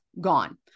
Gone